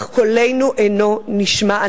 אך קולנו אינו נשמע.